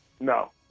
No